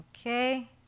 Okay